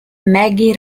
maggie